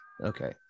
okay